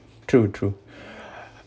true true